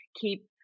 keep